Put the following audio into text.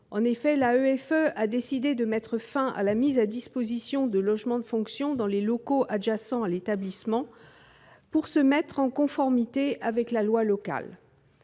En effet, l'AEFE a décidé de mettre fin à la mise à disposition de logements de fonction dans les locaux adjacents à l'établissement, pour se mettre en conformité avec la loi locale.